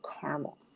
caramel